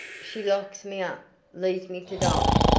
she locks me up leaves me to die!